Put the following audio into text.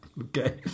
okay